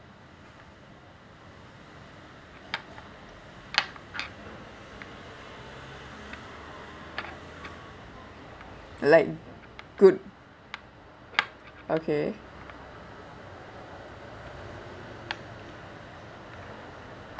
like good okay